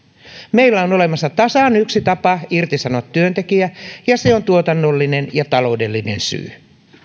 meillä on olemassa tasan yksi tapa irtisanoa työntekijä ja se on tuotannollinen ja taloudellinen syy